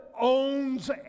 owns